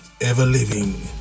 ever-living